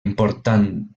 important